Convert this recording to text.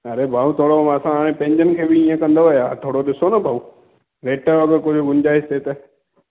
अड़े भाऊ थोरो असां हाणे पंहिंजनि खे बि हीअं कंदव छा थोरो ॾिसो न भाऊ रेट में अगरि कोई गुंजाइश थिए त